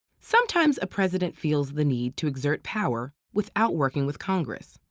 sometimes a president feels the need to exert power without working with congress,